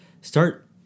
Start